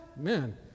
Man